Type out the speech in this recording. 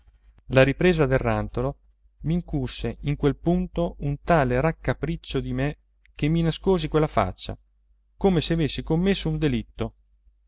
la ripresa del rantolo mi incusse in quel punto un tale raccapriccio di me che mi nascosi quella faccia come se avessi commesso un delitto